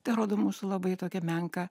tai rodo mūsų labai tokią menką